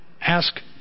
ask